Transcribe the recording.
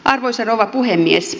arvoisa rouva puhemies